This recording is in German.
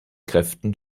kräften